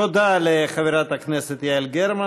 תודה לחברת הכנסת יעל גרמן.